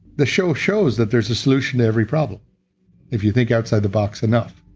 the show shows that there's a solution to every problem if you think outside the box enough.